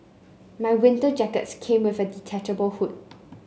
my winter jacket came with a detachable hood